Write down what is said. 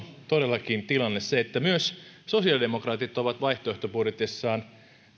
todellakin tilanne se että myös sosiaalidemokraatit ovat vaihtoehtobudjetissaan